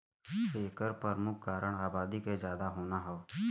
एकर परमुख कारन आबादी के जादा होना हौ